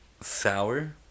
sour